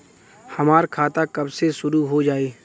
हमार खाता कब से शूरू हो जाई?